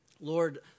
Lord